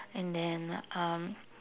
and then um